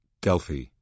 Delphi